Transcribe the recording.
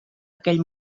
aquell